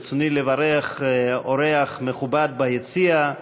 ברצוני לברך אורח מכובד ביציע,